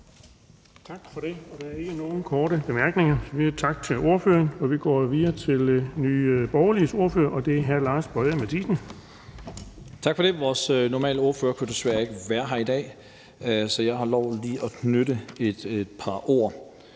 Tak for det. Der er ikke nogen korte bemærkninger, så vi siger tak til ordføreren. Vi går videre til Nye Borgerliges ordfører, og det er hr. Lars Boje Mathiesen. Kl. 16:19 (Ordfører) Lars Boje Mathiesen (NB): Tak for det. Vores sædvanlige ordfører kunne desværre ikke være her i dag, så jeg har lovet lige at knytte et par ord